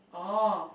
oh